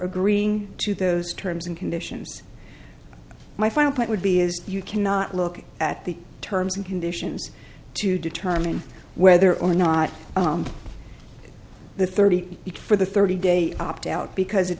agreeing to those terms and conditions my final point would be is you cannot look at the terms and conditions to determine whether or not the thirty eight for the thirty day opt out because it